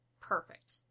perfect